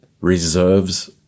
reserves